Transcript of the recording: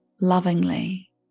lovingly